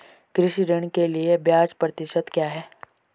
कृषि ऋण के लिए ब्याज प्रतिशत क्या है?